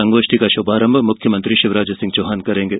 संगोष्ठी का शुभारंभ मुख्यमंत्री शिवराज सिंह चौहान करेंगे